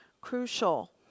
crucial